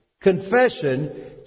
confession